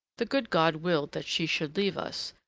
the good god willed that she should leave us,